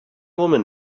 woman